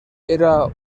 era